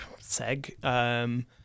SEG